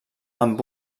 amb